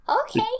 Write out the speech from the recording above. Okay